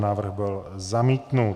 Návrh byl zamítnut.